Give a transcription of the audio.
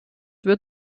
wird